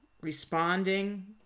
responding